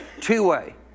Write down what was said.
Two-way